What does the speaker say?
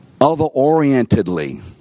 other-orientedly